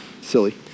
silly